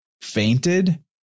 fainted